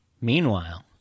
Meanwhile